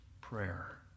prayer